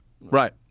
Right